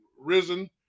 risen